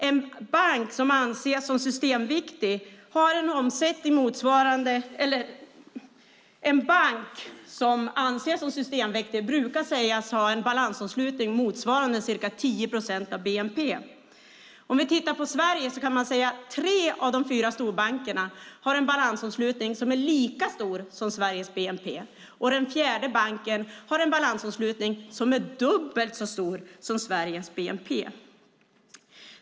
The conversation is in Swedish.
En bank som anses som systemviktig brukar sägas ha en balansomslutning motsvarande ca 10 procent av bnp. Om vi tittar på Sverige kan vi se att tre av de fyra storbankerna har en balansomslutning som är lika stor som Sveriges bnp, och den fjärde banken har en balansomslutning som är dubbelt så stor som Sveriges bnp.